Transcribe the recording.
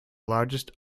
largest